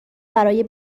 برای